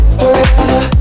forever